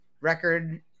record